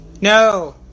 No